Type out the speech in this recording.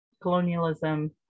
colonialism